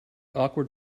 awkward